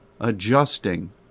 adjusting